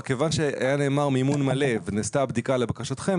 רק כיוון שנאמר מימון מלא ונעשתה הבדיקה לבקשתכם,